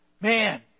Man